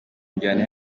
njyana